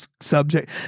subject